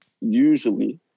usually